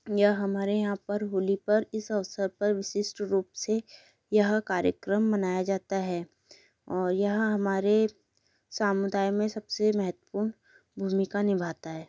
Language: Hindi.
यह हमारे यहाँ पर होली पर इस अवसर पर विशिष्ट रूप से यह कार्यक्रम मनाया जाता है और यह हमारे सामुदाय में सबसे महत्वपूर्ण भूमिका निभाता है